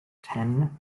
ten